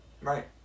Right